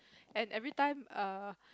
and every time err